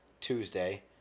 Tuesday